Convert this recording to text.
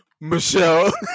Michelle